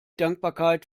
dankbarkeit